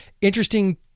interesting